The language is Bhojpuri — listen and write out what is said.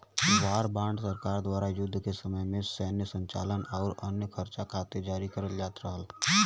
वॉर बांड सरकार द्वारा युद्ध के समय में सैन्य संचालन आउर अन्य खर्चा खातिर जारी करल जात रहल